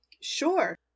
sure